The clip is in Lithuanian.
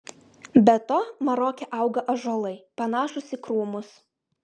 be to maroke auga ąžuolai panašūs į krūmus